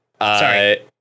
Sorry